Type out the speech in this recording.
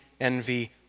envy